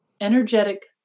energetic